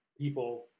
people